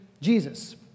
Jesus